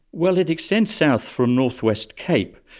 well, it extends south from north west cape.